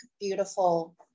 beautiful